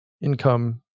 income